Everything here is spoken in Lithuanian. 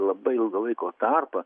labai ilgą laiko tarpą